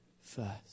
first